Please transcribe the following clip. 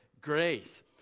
grace